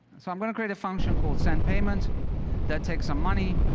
so i'm going to create a suction called send payment that takes um money,